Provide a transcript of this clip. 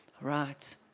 Right